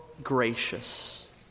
gracious